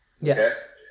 Yes